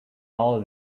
all